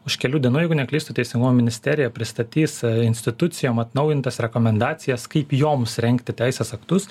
už kelių dienų jeigu neklystu teisingumo ministerija pristatys institucijom atnaujintas rekomendacijas kaip joms rengti teisės aktus